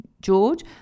George